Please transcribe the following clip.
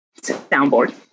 soundboard